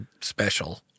special